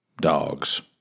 Dogs